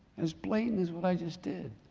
as blatant as what i just did.